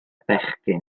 bechgyn